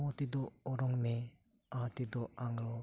ᱚ ᱛᱮᱫᱚ ᱚᱨᱚᱝ ᱢᱮ ᱟ ᱛᱮᱫᱚ ᱟᱸᱜᱨᱚᱵᱽ